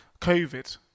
COVID